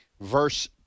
Verse